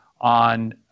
on